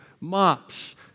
MOPS